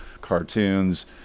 cartoons